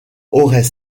aurait